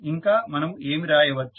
ఇంకా మనము ఏమి రాయవచ్చు